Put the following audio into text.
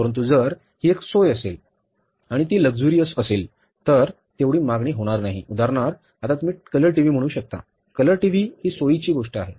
परंतु जर ही एक सोय असेल आणि ती लक्झरी असेल तर तेवढी मागणी होणार नाही उदाहरणार्थ आता तुम्ही कलर टीव्ही म्हणू शकता कलर टीव्ही ही सोईची गोष्ट आहे